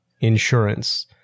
insurance